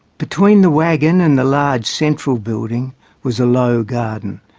between the wagon and the large, central building was the low garden.